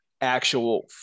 actual